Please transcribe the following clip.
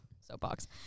soapbox